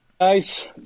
Guys